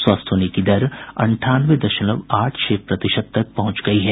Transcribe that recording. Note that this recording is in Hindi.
स्वस्थ होने की दर अंठानवे दशमलव आठ छह प्रतिशत तक पहुंच गयी है